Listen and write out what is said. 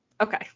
Okay